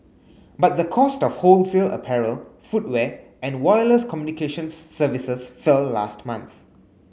but the cost of wholesale apparel footwear and wireless communications services fell last month